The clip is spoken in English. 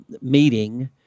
meeting